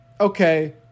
okay